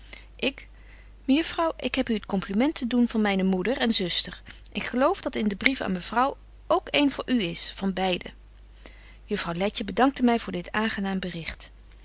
ik mejuffrouw ik heb u het compliment te doen van myne moeder en zuster ik geloof dat in den brief aan mevrouw ook een voor u is van beide juffrouw letje bedankte my voor dit aangenaam bericht